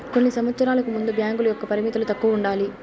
కొన్ని సంవచ్చరాలకు ముందు బ్యాంకుల యొక్క పరిమితులు తక్కువ ఉండాలి